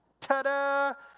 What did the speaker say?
Ta-da